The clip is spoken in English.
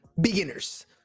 beginners